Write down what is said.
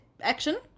action